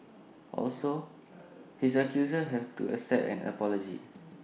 also his accusers have to accept an apology